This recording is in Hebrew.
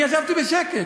אני ישבתי בשקט.